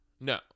No